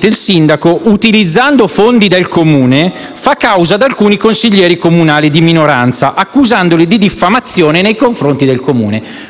il sindaco, utilizzando fondi del Comune, ha fatto causa ad alcuni consiglieri comunali di minoranza, accusandoli di diffamazione nei confronti del Comune